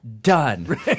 done